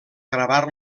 gravar